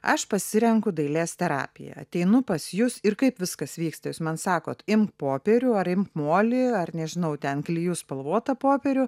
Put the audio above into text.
aš pasirenku dailės terapiją ateinu pas jus ir kaip viskas vyksta jūs man sakot imk popierių ar imk molį ar nežinau ten klijų spalvotą popierių